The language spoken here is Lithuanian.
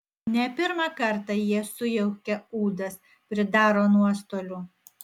ne pirmą kartą jie sujaukia ūdas pridaro nuostolių